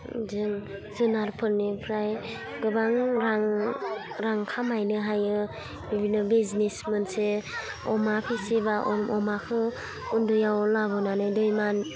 जों जुनारफोरनिफ्राय गोबां रां रां खामायनो हायो बेबादिनो बिजनेस मोनसे अमा फिसिबा अमाखौ उन्दैआव लाबोनानै